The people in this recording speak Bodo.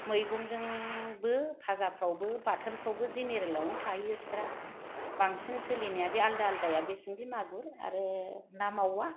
मैगंजोंबो फाजाफ्रावबो बाथोनफ्रावबो जेनेरेल आवनो थाहैयो बिस्रा बांसिन सोलिनाया बे आलादा आलादा सिंगि मागुर आरो ना मावा